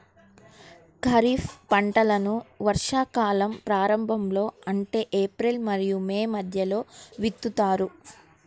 ఖరీఫ్ పంటలను వర్షాకాలం ప్రారంభంలో అంటే ఏప్రిల్ మరియు మే మధ్యలో విత్తుతారు